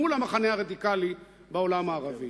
מול המחנה הרדיקלי בעולם הערבי.